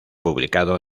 publicado